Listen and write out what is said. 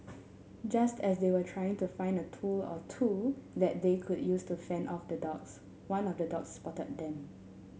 just as they were trying to find a tool or two that they could use to fend off the dogs one of the dogs spotted them